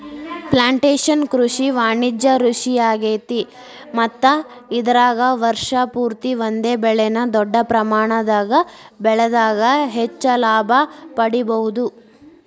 plantation ಕೃಷಿ ವಾಣಿಜ್ಯ ಕೃಷಿಯಾಗೇತಿ ಮತ್ತ ಇದರಾಗ ವರ್ಷ ಪೂರ್ತಿ ಒಂದೇ ಬೆಳೆನ ದೊಡ್ಡ ಪ್ರಮಾಣದಾಗ ಬೆಳದಾಗ ಹೆಚ್ಚ ಲಾಭ ಪಡಿಬಹುದ